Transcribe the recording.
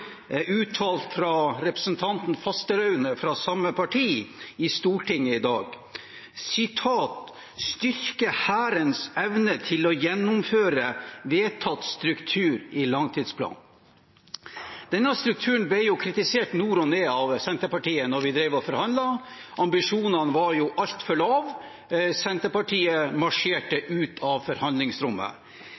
representanten Fasteraune – fra samme parti – i Stortinget i dag: «styrke hærens evne til å gjennomføre vedtatt struktur i langtidsplanen.» Denne strukturen ble kritisert nord og ned av Senterpartiet da vi forhandlet. Ambisjonene var altfor lave, og Senterpartiet marsjerte ut av forhandlingsrommet.